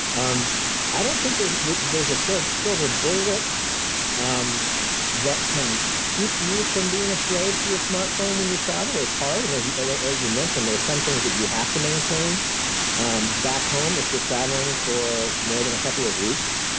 um i don't think that there's a so silver bullet um that can keep you from being a slave to your smartphone when you travel. it's hard. and as you and as you mentioned, are some things that you have to maintain um back home if you're traveling for more than a couple of weeks.